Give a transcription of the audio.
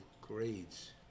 grades